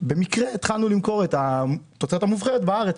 במקרה התחלנו למכור את התוצרת המובחרת בארץ.